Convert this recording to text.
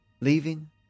Leaving